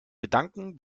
gedanken